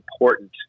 important